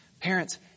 Parents